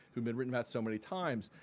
who've been written about so many times.